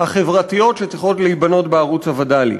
החברתיות שצריכות להיבנות בערוץ הווד"לי.